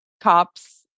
cops